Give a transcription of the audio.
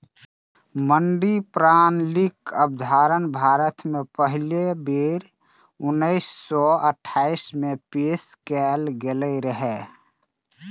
मंडी प्रणालीक अवधारणा भारत मे पहिल बेर उन्नैस सय अट्ठाइस मे पेश कैल गेल रहै